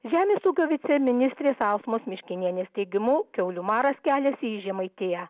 žemės ūkio viceministrės ausmos miškinienės teigimu kiaulių maras keliasi į žemaitiją